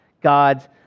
God's